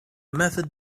method